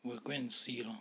will go and see lor